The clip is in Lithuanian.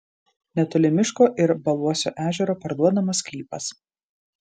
netoli miško ir baluosio ežero parduodamas sklypas